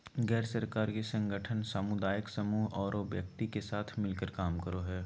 गैर सरकारी संगठन सामुदायिक समूह औरो व्यक्ति के साथ मिलकर काम करो हइ